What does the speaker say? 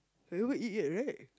haven't eat yet right